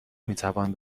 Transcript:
میتوان